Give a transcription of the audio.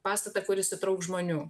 pastatą kuris sutrauks žmonių